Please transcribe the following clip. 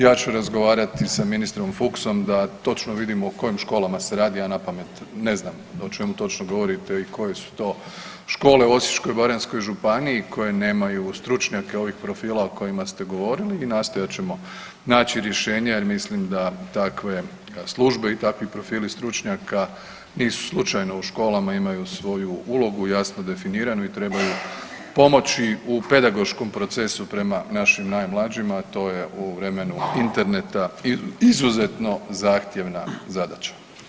Ja ću razgovarati i sa ministrom Fuchsom da točno vidimo o kojim školama se radi, ja napamet ne znam o čemu točno govorite i koje su to škole u Osječko-baranjskoj županiji koje nemaju stručnjake ovih profila o kojima ste govorili i nastojat ćemo naći rješenje jer mislim da takve službe i takvi profili stručnjaka nisu slučajno u školama i imaju svoju ulogu jasno definiranu i trebaju pomoći u pedagoškom procesu prema našim najmlađima, a to je u vremenu interneta izuzetno zahtjevna zadaća.